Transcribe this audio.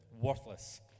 worthless